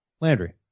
Landry